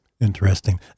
Interesting